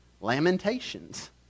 Lamentations